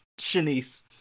Shanice